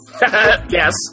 Yes